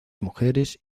mujeres